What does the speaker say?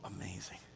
amazing